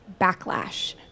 backlash